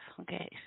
Okay